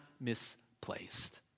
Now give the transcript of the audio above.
misplaced